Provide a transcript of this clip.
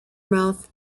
mouth